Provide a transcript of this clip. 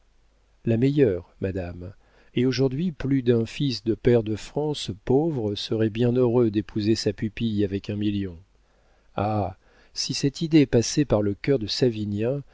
la meilleure madame et aujourd'hui plus d'un fils de pair de france pauvre serait bien heureux d'épouser sa pupille avec un million ah si cette idée passait par le cœur de savinien